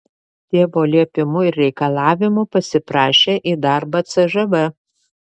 tėvo liepimu ir reikalavimu pasiprašė į darbą cžv